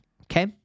Okay